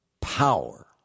...power